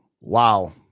Wow